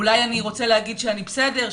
אולי אני רוצה להגיד שאני בסדר,